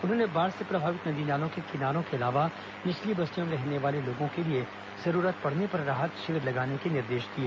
उन्होंने बाढ़ से प्रभावित नदी नालों के किनारों के अलावा निचली बस्तियों में रहने वाले लोगों के लिए जरूरत पड़ने पर राहत शिविर लगाने के निर्देश दिए